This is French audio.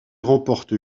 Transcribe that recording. remporte